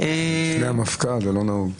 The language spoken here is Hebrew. אני מבין שהמשטרה העבירה לאדוני סרטון וביקשה להקרין